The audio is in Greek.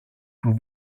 που